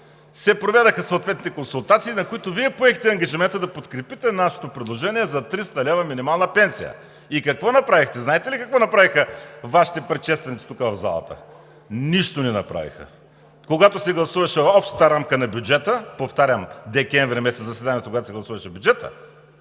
се проведоха съответните консултации, на които Вие поехте ангажимента да подкрепите нашето предложение за 300 лв. минимална пенсия. И какво направихте? Знаете ли какво направиха Вашите предшественици тук, в залата? Нищо не направиха! Когато се гласуваше общата рамка на бюджета, повтарям, декември месец, заседанието, когато се гласуваше бюджетът,